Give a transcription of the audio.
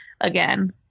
again